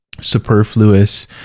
superfluous